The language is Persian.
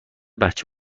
بچه